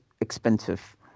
expensive